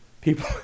People